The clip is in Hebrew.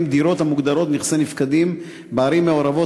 דירות המוגדרות נכסי נפקדים בערים מעורבות,